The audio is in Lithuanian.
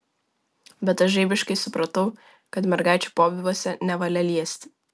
bet aš žaibiškai supratau kad mergaičių pobūviuose nevalia liesti